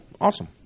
Awesome